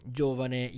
giovane